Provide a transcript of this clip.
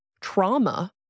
trauma